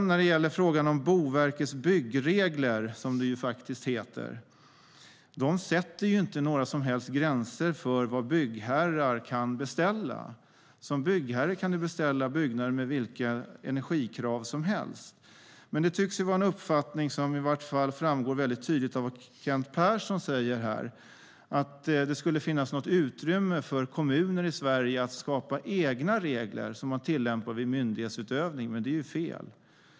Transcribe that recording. Boverkets byggregler, som de heter, sätter inte några som helst gränser för vad byggherrar kan beställa. Som byggherre kan du beställa byggnader med vilka energikrav som helst. Men det tycks finnas en uppfattning, som i varje fall framgår tydligt av vad Kent Persson säger, att det skulle finnas något utrymme för kommuner i Sverige att skapa egna regler som de kan tillämpa vid myndighetsutövning. Det är fel.